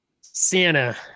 Santa